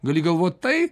gali galvot tai